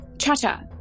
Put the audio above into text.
cha-cha